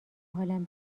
حالم